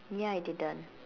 ya I didn't